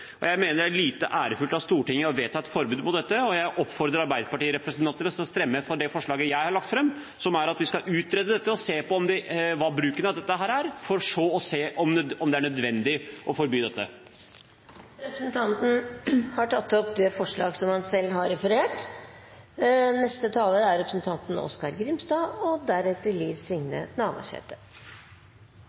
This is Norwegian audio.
Jeg mener det er lite ærefullt av Stortinget å vedta et forbud mot dette, og jeg oppfordrer arbeiderpartirepresentantene til å stemme for det forslaget jeg har lagt fram, om at vi skal utrede dette og se på hvordan bruken av dette er, for så å se om det er nødvendig å forby dette. Representanten Abid Q. Raja har tatt opp det forslaget han refererte til. Ein stor del av debatten handlar om delar av næringslivet som taper arbeidsplassar, og